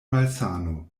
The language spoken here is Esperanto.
malsano